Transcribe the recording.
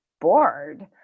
bored